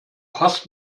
hast